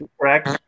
correct